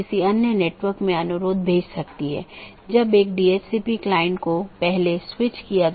यदि हम अलग अलग कार्यात्मकताओं को देखें तो BGP कनेक्शन की शुरुआत और पुष्टि करना एक कार्यात्मकता है